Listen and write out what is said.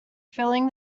filling